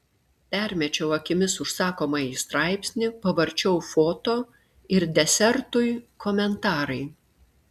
permečiau akimis užsakomąjį straipsnį pavarčiau foto ir desertui komentarai